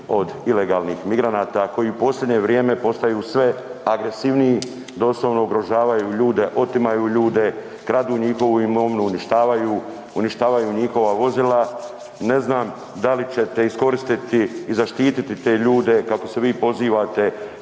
od ilegalnih migranata koji u posljednje vrijeme postaju sve agresivniji, doslovno ugrožavaju ljudi, otimaju ljude, kradu njihovu imovinu, uništavaju njihova vozila. Ne znam da li ćete iskoristiti i zaštititi te ljude, kako se vi pozivate,